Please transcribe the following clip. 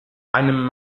einem